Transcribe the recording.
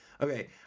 okay